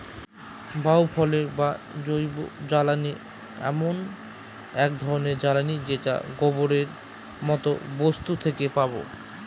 বায় fuel বা জৈবজ্বালানী এমন এক ধরনের জ্বালানী যেটা গোবরের মতো বস্তু থেকে পাবো